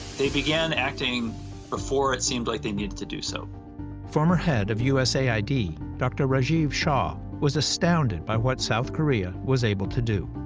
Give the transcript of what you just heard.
they began acting before it seemed like they needed to do so. smith former head of u s a i d. dr. rajiv shah was astounded by what south korea was able to do.